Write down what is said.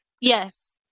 Yes